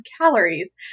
calories